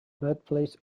birthplace